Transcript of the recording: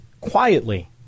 quietly